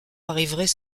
arriverait